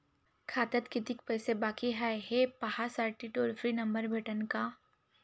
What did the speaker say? खात्यात कितीकं पैसे बाकी हाय, हे पाहासाठी टोल फ्री नंबर भेटन का?